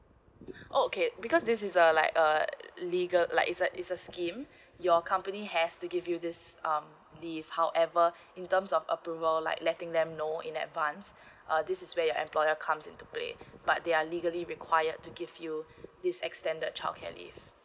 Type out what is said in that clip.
okay because this is a like a legal like is a is a scheme your company has to give you this um leave however in terms of approval like letting them know in advance uh this is where your employer comes into play but they are legally required to give you this extended childcare leave